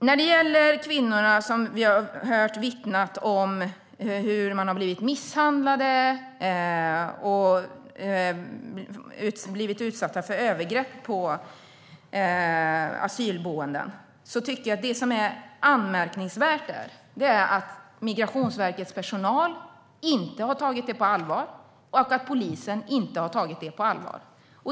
När det gäller de kvinnor som har vittnat om hur de blivit misshandlade och utsatta för övergrepp på asylboenden tycker jag att det som är anmärkningsvärt är att varken Migrationsverkets personal eller polisen har tagit det på allvar.